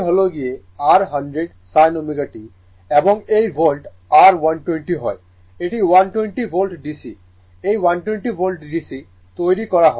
এটি হল গিয়ে r 100 sin ω t এবং এই ভোল্ট r 120 হয় এটি 120 ভোল্ট DC এই 120 ভোল্ট DC তৈরি করা হয়